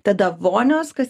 tada vonios kas